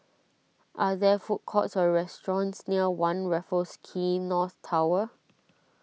are there food courts or restaurants near one Raffles Quay North Tower